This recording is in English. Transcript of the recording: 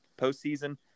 postseason